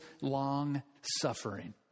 long-suffering